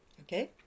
okay